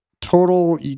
Total